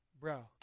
bro